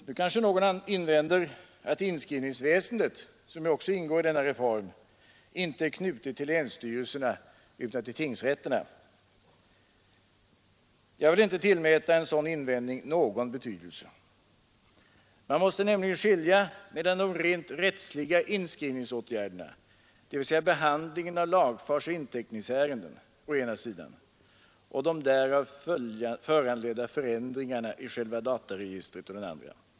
Nu kanske någon invänder att inskrivningsväsendet, som också ingår i denna reform, inte är knutet till länsstyrelserna utan till tingsrätterna. Jag vill inte tillmäta en sådan invändning någon betydelse. Man måste nämligen skilja mellan de rent rättsliga inskrivningsåtgärderna, dvs. behandlingen av lagfartsoch inteckningsärenden, å ena sidan och de därav föranledda förändringarna i själva dataregistret å den andra.